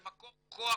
זה מקור כוח,